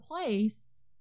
place